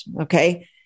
Okay